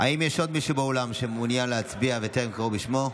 האם יש עוד מישהו באולם שמעוניין להצביע וטרם קראו בשמו?